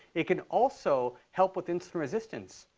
it can also help with insulin resistance.